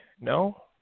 No